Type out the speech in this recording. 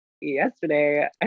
yesterday